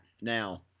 Now